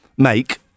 Make